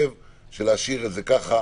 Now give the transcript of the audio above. להשאיר את זה כך,